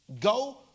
go